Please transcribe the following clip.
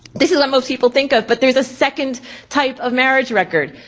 this is what most people think of but there's a second type of marriage record.